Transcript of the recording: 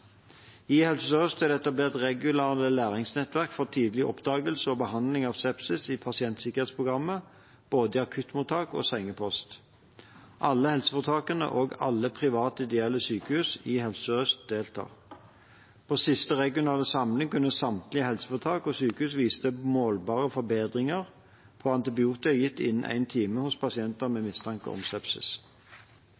I Helse Sør-Øst er det etablert regionale læringsnettverk for tidlig oppdagelse og behandling av sepsis i pasientsikkerhetsprogrammet, både i akuttmottak og i sengepost. Alle helseforetakene og alle private, ideelle sykehus i Helse Sør-Øst deltar. På siste regionale samling kunne samtlige helseforetak og sykehus vise til målbare forbedringer på antibiotika gitt innen en time hos pasienter med